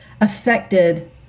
affected